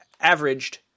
averaged